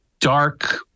dark